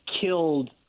killed